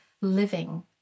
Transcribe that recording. living